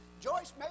Joyce